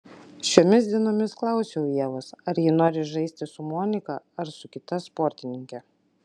šiomis dienomis klausiau ievos ar ji nori žaisti su monika ar su kita sportininke